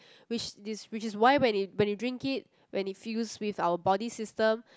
which is which is why when we when we drink it when it fuse with our body system